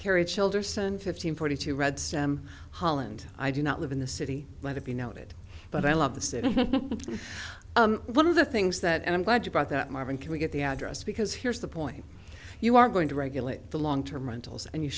kerry childer son fifteen forty two read them holland i do not live in the city let it be noted but i love the city one of the things that i'm glad you brought that marvin can we get the address because here's the point you are going to regulate the long term rentals and you